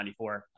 94